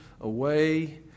away